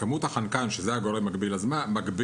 כמות החנקן, שהיא הגורם מגביל העומק-זמן,